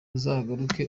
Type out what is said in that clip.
uzagaruka